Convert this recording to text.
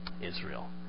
Israel